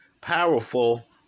powerful